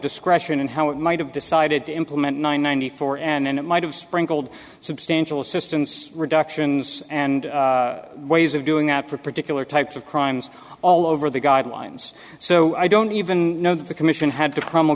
discretion in how it might have decided to implement nine ninety four and it might have sprinkled substantial assistance reductions and ways of doing that for particular types of crimes all over the guidelines so i don't even know that the commission had to